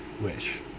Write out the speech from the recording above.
wish